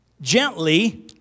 gently